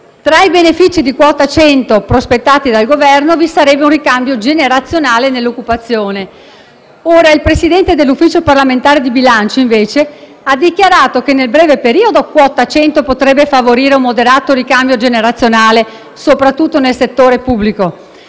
Tra i benefici di quota 100 prospettati dal Governo vi sarebbe un ricambio generazionale nell'occupazione. Il Presidente dell'Ufficio parlamentare di bilancio ha invece dichiarato che, nel breve periodo, quota 100 potrebbe favorire un moderato ricambio generazionale soprattutto nel settore pubblico.